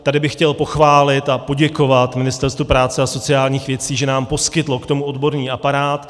Tady bych chtěl pochválit a poděkovat Ministerstvu práce a sociálních věcí, že nám k tomu poskytlo odborný aparát.